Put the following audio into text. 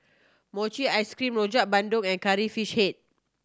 mochi ice cream Rojak Bandung and Curry Fish Head